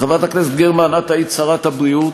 חברת הכנסת גרמן, את היית שרת הבריאות.